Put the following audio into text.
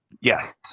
Yes